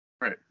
Right